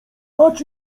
patrz